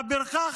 והפרחח,